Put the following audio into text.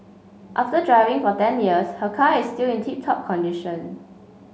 after driving for ten years her car is still in tip top condition